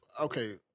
okay